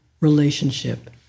relationship